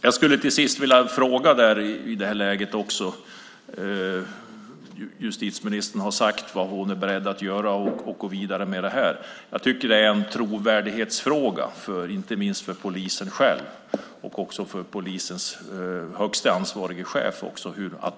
Jag skulle till sist vilja fråga om en sak. Justitieministern har sagt vad hon är beredd att göra för att gå vidare med det här. Jag tycker att det här är en trovärdighetsfråga, inte minst för polisen själv och för polisens högste ansvarige chef.